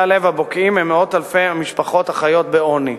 הלב הבוקעים ממאות אלפי המשפחות החיות בעוני?